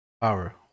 power